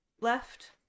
left